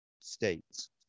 states